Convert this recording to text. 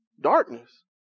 Darkness